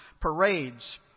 parades